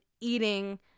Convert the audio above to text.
eating